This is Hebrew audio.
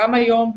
גם היום,